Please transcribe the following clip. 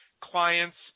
clients